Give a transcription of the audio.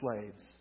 slaves